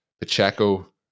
pacheco